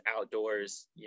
outdoors